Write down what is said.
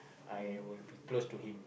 I will be close to him